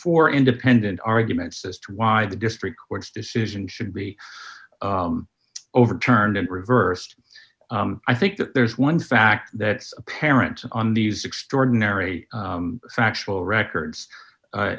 for independent arguments as to why the district court's decision should be overturned and reversed i think that there's one factor that parents on these extraordinary factual records